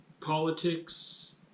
politics